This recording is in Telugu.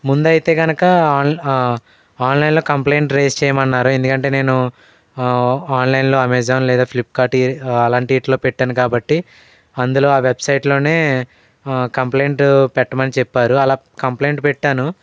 ముందైతే కనుక ఆన్ ఆన్లైన్లో కంప్లైంట్ రెయిజ్ చేయమన్నారు ఎందుకంటే నేను ఆన్లైన్లో అమెజాన్ లేదా ఫ్లిప్కార్ట్ అలాంటిట్లో పెట్టాను కాబట్టి అందులో ఆ వెబ్సైట్లోనే కంప్లైంట్ పెట్టమని చెప్పారు అలా కంప్లైంట్ పెట్టాను